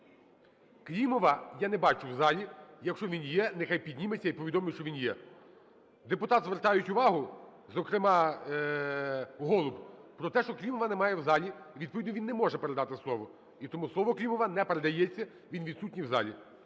Клімова я не бачу в залі. Якщо він є, нехай підніметься і повідомить, що він є. Депутати звертають увагу, зокрема Голуб, про те, що Клімова немає в залі і відповідно він не може передати слово. І тому слово Клімова не передається, він відсутній в залі.